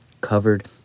covered